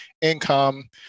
income